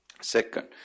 Second